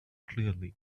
clearly